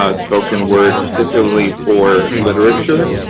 ah spoken word, particularly for literature,